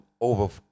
over